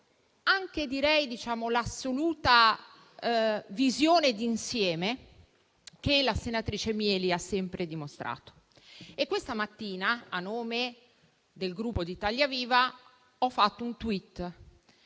anche - direi - l'assoluta visione d'insieme che la senatrice Mieli ha sempre dimostrato. Questa mattina, a nome del Gruppo Italia Viva, ho pubblicato un *tweet*